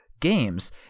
games